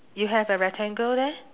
you have a rectangle there